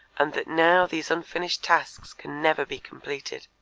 and that now these unfinished tasks can never be completed.